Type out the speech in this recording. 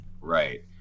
right